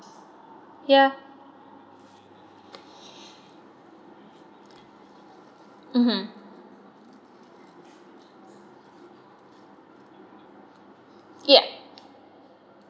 ya mmhmm yup